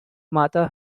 mata